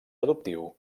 adoptiu